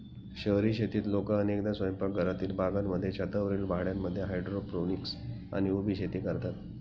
शहरी शेतीत लोक अनेकदा स्वयंपाकघरातील बागांमध्ये, छतावरील भांड्यांमध्ये हायड्रोपोनिक्स आणि उभी शेती करतात